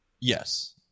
Yes